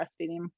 breastfeeding